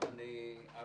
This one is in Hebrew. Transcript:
אני ואחרי זה אבי.